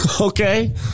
Okay